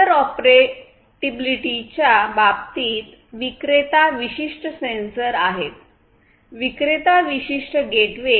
इंटरऑपरेबिलिटीच्या बाबतीत विक्रेता विशिष्ट सेन्सर आहेत विक्रेता विशिष्ट गेटवे